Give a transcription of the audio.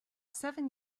seven